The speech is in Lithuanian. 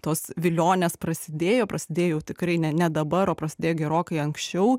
tos vilionės prasidėjo prasidėjo jau tikrai ne ne dabar prasidėjo gerokai anksčiau